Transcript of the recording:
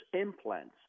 implants